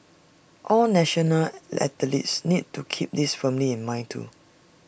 all national athletes need to keep this firmly in mind too